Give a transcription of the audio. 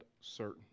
certain